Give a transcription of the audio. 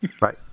right